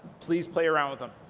please play around with them.